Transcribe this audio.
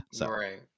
right